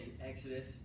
Exodus